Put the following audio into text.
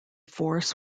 force